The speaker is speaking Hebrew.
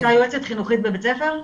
הייתה יועצת חינוכית בבית הספר?